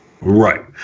Right